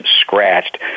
scratched